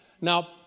Now